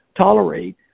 tolerate